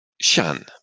Shan